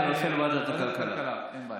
אין בעיה.